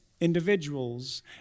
individuals